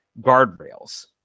guardrails